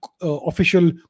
official